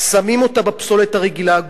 שמים אותה בפסולת הרגילה,